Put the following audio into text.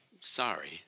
Sorry